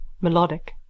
Melodic